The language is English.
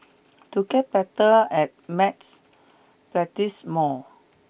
to get better at math practise more